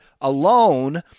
alone